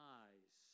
eyes